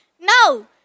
No